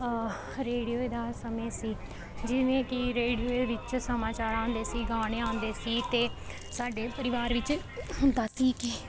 radio ਦਾ ਸਮੇਂ ਸੀ ਜਿਵੇਂ ਕਿ ਰੇਡੀਓ ਵਿੱਚ ਸਮਾਚਾਰ ਆਉਂਦੇ ਸੀ ਗਾਣੇ ਆਉਂਦੇ ਸੀ ਅਤੇ ਸਾਡੇ ਪਰਿਵਾਰ ਵਿੱਚ ਹੁੰਦਾ ਸੀ ਕਿ